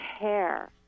care